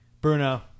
Bruno